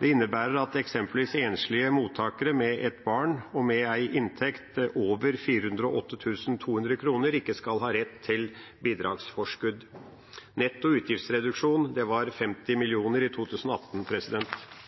Det innebærer at eksempelvis enslige mottakere med et barn og med en inntekt over 408 200 kroner ikke skal ha rett til bidragsforskudd. Netto utgiftsreduksjon var 50 mill. kr i 2018.